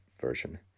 version